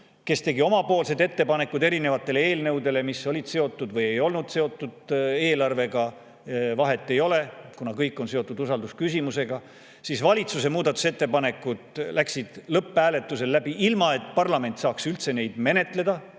kes tegi oma ettepanekud erinevate eelnõude kohta, mis olid seotud või ei olnud seotud eelarvega – vahet ei ole. Kuna kõik oli seotud usaldusküsimusega, siis läksid valitsuse muudatusettepanekud lõpphääletusel läbi ilma, et parlament oleks saanud neid üldse menetleda,